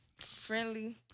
friendly